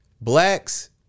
blacks